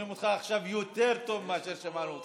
חשוב לי לומר את